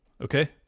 Okay